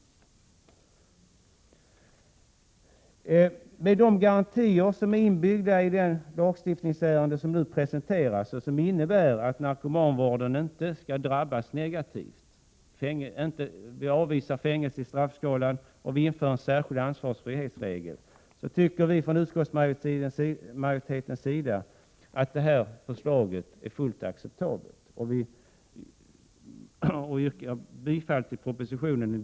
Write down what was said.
Vi tycker från utskottsmajoritetens sida, med hänsyn till de garantier som är inbyggda i det lagstiftningsförslag som nu presenteras och som innebär att narkomanvården inte skall drabbas negativt — vi avvisar kravet på fängelse i straffskalan, och vi vill införa en särskild ansvarsfrihetsregel — att det här förslaget är fullt acceptabelt. Vi yrkar i denna del bifall till propositionen.